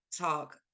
talk